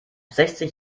sechzig